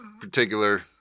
particular